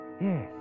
Yes